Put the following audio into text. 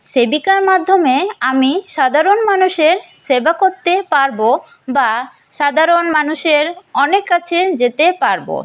সেবিকার মাধ্যমে আমি সাধারণ মানুষের সেবা করতে পারব বা সাধারণ মানুষের অনেক কাছে যেতে পারব